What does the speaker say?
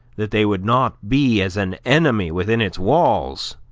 that they would not be as an enemy within its walls,